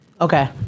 Okay